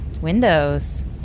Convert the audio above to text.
windows